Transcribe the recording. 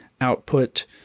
output